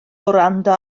wrando